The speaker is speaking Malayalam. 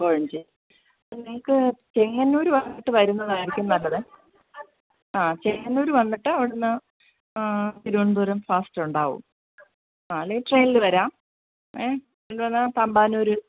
കോഴഞ്ചേരി നിങ്ങൾക്ക് ചെങ്ങന്നൂർ വന്നിട്ട് വരുന്നതായിരിക്കും നല്ലതേ ആ ചെങ്ങന്നൂർ വന്നിട്ട് അവിടുന്ന് തിരുവനന്തപുരം ഫാസ്റ്റ് ഉണ്ടാകും ആ അല്ലെങ്കിൽ ട്രെയിനിൽ വരാം ഏ അതിൽ വന്നാൽ തമ്പാന്നൂർ